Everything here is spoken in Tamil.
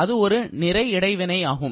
அது ஒரு நிறை இடைவினை ஆகும்